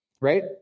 right